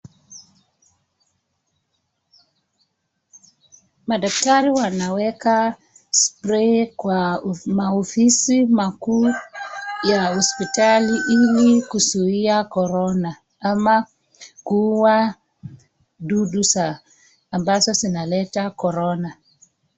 Madaktari wanaweka spray kwa maofisi makuu ya hospitali ili kuzuia Corona ama kuua dudu ambazo zinaleta Corona.